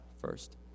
first